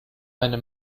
eine